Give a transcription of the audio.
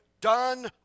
done